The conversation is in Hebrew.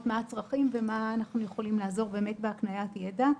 באמת מה הצרכים ובמה אנחנו יכולים לעזור בהקניית ידע.